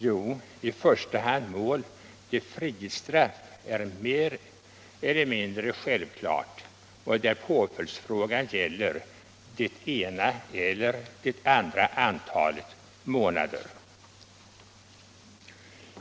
Jo, i första hand mål där frihetsstraff är mer eller mindre självklara och där påföljdsfrågan gäller det ena eller det andra antalet månader.